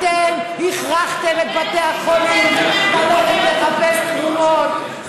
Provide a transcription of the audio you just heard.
אתם הכרחתם את בתי החולים ללכת לחפש תרומות.